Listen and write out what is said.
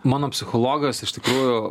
mano psichologas iš tikrųjų